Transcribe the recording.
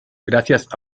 gracias